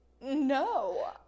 no